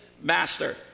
master